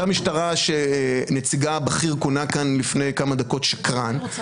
אותה משטרה שנציגה הבכיר כונה כאן לפני כמה דקות "שקרן".